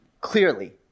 clearly